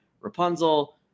Rapunzel